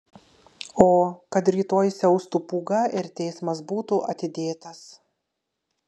o kad rytoj siaustų pūga ir teismas būtų atidėtas